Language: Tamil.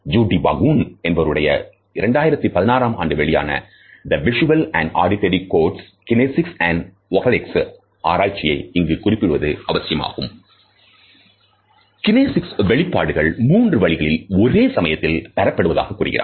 Judee Burgoon என்பவருடைய 2016 ஆண்டு வெளியான The visual and auditory codes kinesics and vocalics ஆராய்ச்சியை இங்கு குறிப்பிடுவது அவசியமாகும் கினேசிஸ்வெளிப்பாடுகள் மூன்று வழிகளில் ஒரே சமயத்தில் பெறப்படுவதாக கூறுகிறார்